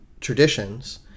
traditions